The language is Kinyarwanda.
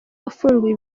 wafunguye